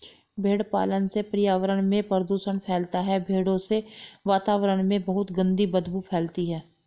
भेड़ पालन से पर्यावरण में प्रदूषण फैलता है भेड़ों से वातावरण में बहुत गंदी बदबू फैलती है